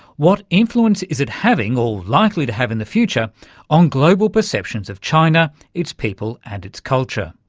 what influence is it having or likely to have in the future on global perceptions of china, its people and its culture?